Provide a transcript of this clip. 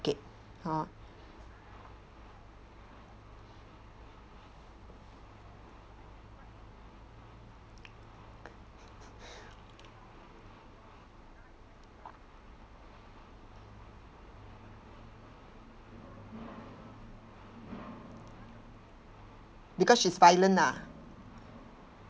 it hor because she's violent lah